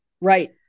Right